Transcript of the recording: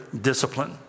discipline